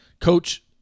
coach